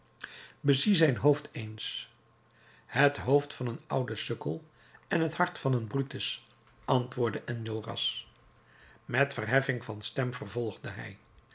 bezie zijn hoofd eens het hoofd van een ouden sukkel en het hart van brutus antwoordde enjolras met verheffing van stem vervolgde hij